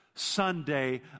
Sunday